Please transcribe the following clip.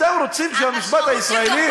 אתם רוצים שהמשפט הישראלי,